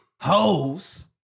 hoes